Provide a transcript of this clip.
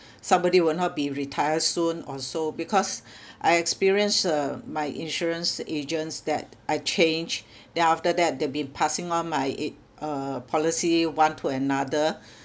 somebody will not be retire soon or so because I experience uh my insurance agents that I change then after that they've been passing on my it uh policy one to another